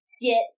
get